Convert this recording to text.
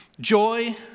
joy